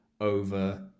over